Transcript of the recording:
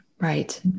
Right